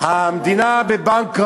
המדינה bankrupt,